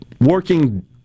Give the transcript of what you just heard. working